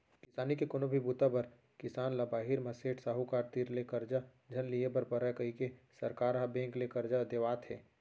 किसानी के कोनो भी बूता बर किसान ल बाहिर म सेठ, साहूकार तीर ले करजा झन लिये बर परय कइके सरकार ह बेंक ले करजा देवात हे